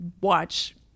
watch